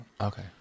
Okay